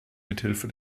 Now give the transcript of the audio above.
mithilfe